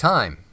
Time